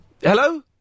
Hello